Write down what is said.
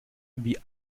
wie